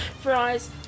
fries